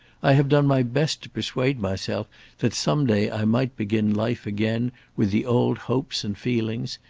i have done my best to persuade myself that some day i might begin life again with the old hopes and feelings,